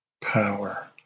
power